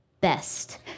best